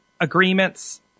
agreements